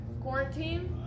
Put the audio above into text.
Quarantine